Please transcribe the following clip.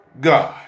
God